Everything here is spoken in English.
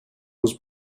was